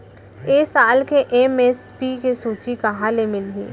ए साल के एम.एस.पी के सूची कहाँ ले मिलही?